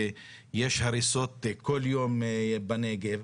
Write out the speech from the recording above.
ויש הריסות כל יום בנגב,